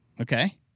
Okay